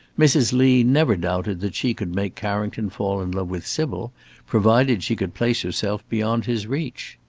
mrs. lee never doubted that she could make carrington fall in love with sybil provided she could place herself beyond his reach.